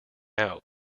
out